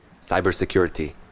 cybersecurity